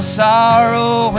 sorrow